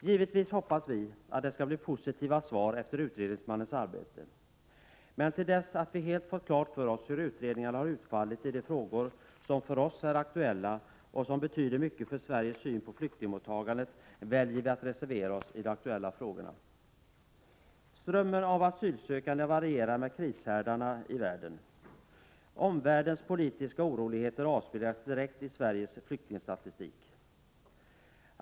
Givetvis hoppas vi på positiva svar efter utredningsmannens arbete. Men tills vi har fått veta resultatet av utredningarna i de frågor som är aktuella för oss och som betyder mycket för Sveriges syn på flyktingmottagandet, väljer vi att reservera oss mot utskottets ställningstagande. Strömmen av asylsökande varierar med krishärdarna i världen. De politiska oroligheterna i omvärlden avspeglas direkt i Sveriges flyktingstatistik.